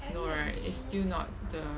no right is still not the